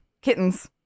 kittens